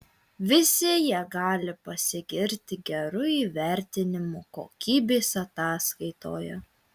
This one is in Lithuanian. visi jie gali pasigirti geru įvertinimu kokybės ataskaitoje